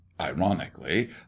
ironically